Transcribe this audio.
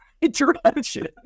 Interruption